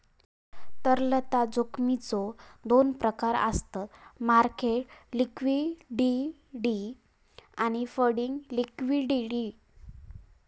तरलता जोखमीचो दोन प्रकार आसत मार्केट लिक्विडिटी आणि फंडिंग लिक्विडिटी